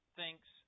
thinks